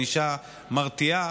ענישה מרתיעה.